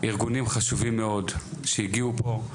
ארגונים חשובים מאוד שהגיעו לפה,